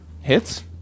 hits